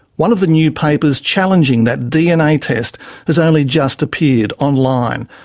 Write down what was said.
one of the new papers challenging that dna test has only just appeared online,